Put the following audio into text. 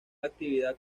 actividad